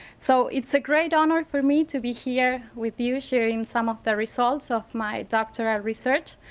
so it's a great honor for me to be here with you sharing some of the results of my doctorate of research,